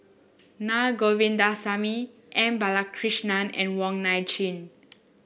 Naa Govindasamy M Balakrishnan and Wong Nai Chin